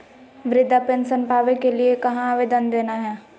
वृद्धा पेंसन पावे के लिए कहा आवेदन देना है?